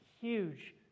huge